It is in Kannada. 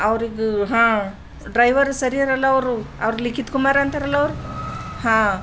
ಅವ್ರಿಗೆ ಹಾಂ ಡ್ರೈವರ್ ಸರಿ ಇರಲ್ಲ ಅವರು ಅವ್ರು ಲಿಖಿತ್ ಕುಮಾರ್ ಅಂತಾರಲ್ಲ ಅವ್ರು ಹಾಂ